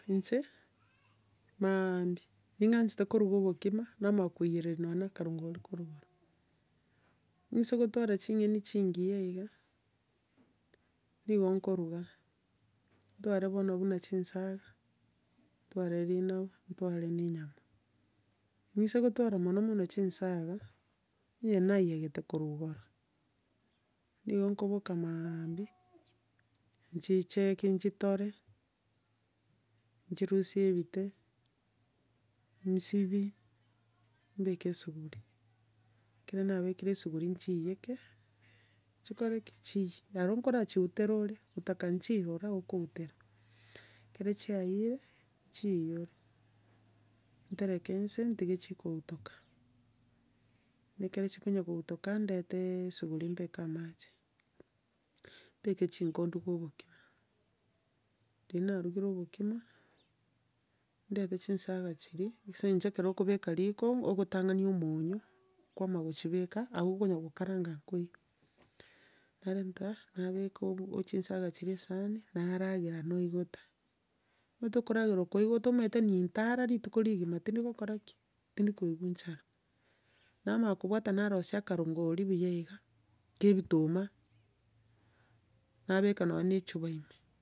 Inche, maambia, ning'anchete koruga obokima, namanya koiyereria nonya akorongori korwa rogoro. Nigise kotwara ching'eni chingiya iga, nigo nkoruga, ntware bono buna chinsaga, ntware rende ntware na enyama. Nigise kotwara mono mono chinsaga, onye naiyegete korwa igoro, nigo nkoboka maambia, nchichekie nchitore, nchirusie ebite, nsibie, mbeke esuguri, ekero nabekire esuguri nchiiyeke, nkore ki? Chiyie. Aro nkorachirutera ore, ogotaka nchirora okoutera, ekero chiayire, nchiiyore. Ntereke inse, ntige chigoutoka, nekero chikona koutoka, ndete esuguri mbeke amache, mbeke chinko nduge obokima, riria narugire obokima, ndete chinsaga chiria, ase eng'encho okobeka riko, ogotang'ania omonyo kwamanya gochibeka, aye okonya kokaranga koiyie, narenta, nabeka o- chinsaga chiria esahani naregarana naigota, omanyete okoragera ogoita omanyete nintara rituko rigima tindi kokora ki? Tindi koigwa nchara. Namanya kobwata narosia akarongori buya iga, kia ebituma, nabeka nonya na echupa ime.